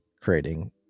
creating